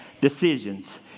decisions